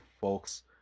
folks